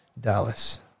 Dallas